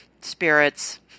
spirits